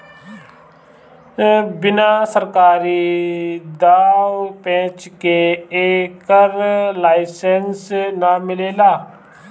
बिना सरकारी दाँव पेंच के एकर लाइसेंस ना मिलेला